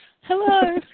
Hello